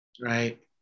right